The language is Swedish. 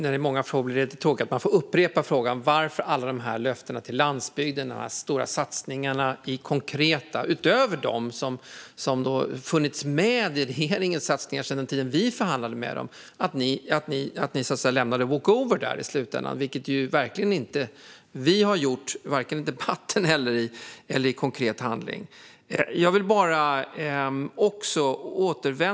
Fru talman! Det är tråkigt att behöva upprepa frågan om alla löften till landsbygden och konkreta satsningar, utöver regeringens satsningar som funnits med sedan vi förhandlade med dem. Ni lämnade walkover i slutänden, vilket vi varken har gjort i debatten eller i konkret handling.